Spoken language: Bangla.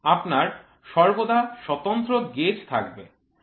আপনার সর্বদা স্বতন্ত্র গেজ থাকতে পারে